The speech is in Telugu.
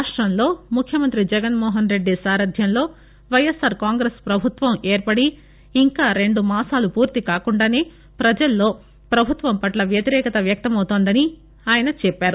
రాష్టంలో ముఖ్యమంత్రి జగన్మోహన్రెడ్డి సారథ్యంలో వైఎస్సార్ కాంగ్రెస్ ప్రభుత్వం ఏర్పడి ఇక రెండు మాసాలు పూర్తికాకుండా పజల్లో పభుత్వం పట్ల వ్యతిరేకత వ్యక్తమవుతుందని ఆయన చెప్పారు